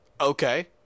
okay